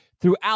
throughout